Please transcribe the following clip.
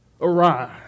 arise